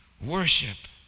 worship